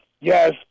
Yes